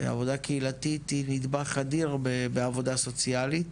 עבודה קהילתית היא נדבך אדיר בעבודה סוציאלית,